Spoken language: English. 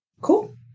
Cool